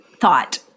thought